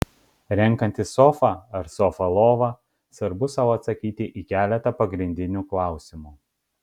renkantis sofą ar sofą lovą svarbu sau atsakyti į keletą pagrindinių klausimų